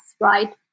right